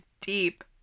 deep